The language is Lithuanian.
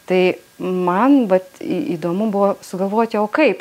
tai man vat įdomu buvo sugalvoti o kaip